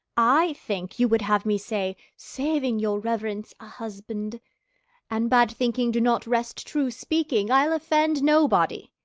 i think you would have me say, saving your reverence, a husband an bad thinking do not wrest true speaking, i'll offend nobody.